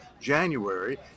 January